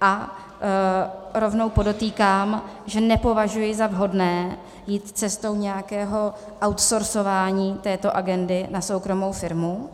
A rovnou podotýkám, že nepovažuji za vhodné jít cestou nějakého outsourcování této agendy na soukromou firmu,